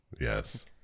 Yes